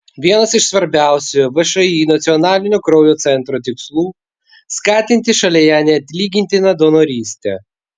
vienas iš svarbiausių všį nacionalinio kraujo centro tikslų skatinti šalyje neatlygintiną donorystę